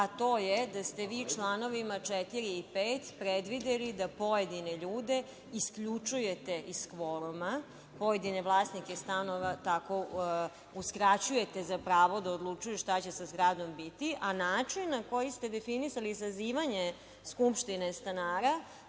a to je da ste vi članovima 4. i 5. predvideli da pojedine ljude isključujete iz kvoruma, pojedine vlasnike stanova, uskraćujete za pravo da odlučuju šta će sa radom biti, a način na koji ste vi definisali sazivanje skupštine stanara,